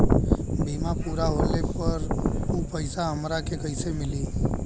बीमा पूरा होले पर उ पैसा हमरा के कईसे मिली?